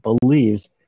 believes